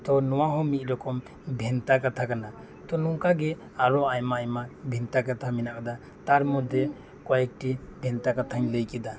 ᱛᱚ ᱱᱚᱶᱟ ᱦᱚᱸ ᱢᱤᱫ ᱨᱚᱠᱚᱢ ᱵᱷᱮᱱᱛᱟ ᱠᱟᱛᱷᱟ ᱠᱟᱱᱟ ᱛᱚ ᱱᱚᱝᱠᱟᱜᱮ ᱟᱨᱚ ᱟᱭᱢᱟ ᱟᱭᱢᱟ ᱵᱷᱮᱱᱛᱟ ᱠᱟᱛᱷᱟ ᱢᱮᱱᱟᱜ ᱟᱠᱟᱫᱟ ᱛᱟᱨ ᱢᱚᱫᱽᱫᱷᱮ ᱠᱚᱭᱮᱠᱴᱤ ᱵᱷᱮᱱᱛᱟ ᱠᱟᱛᱷᱟᱧ ᱞᱟᱹᱭ ᱠᱮᱫᱟ